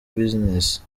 business